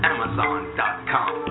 Amazon.com